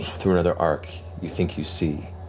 through another arc, you think you see